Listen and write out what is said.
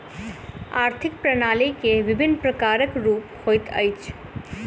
आर्थिक प्रणाली के विभिन्न प्रकारक रूप होइत अछि